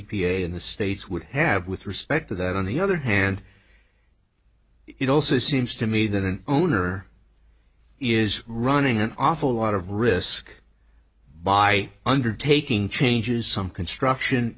in the states would have with respect to that on the other hand it also seems to me that an owner is running an awful lot of risk by undertaking changes some construction